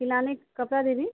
सिलाने कपड़ा देने